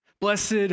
Blessed